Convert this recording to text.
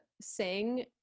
sing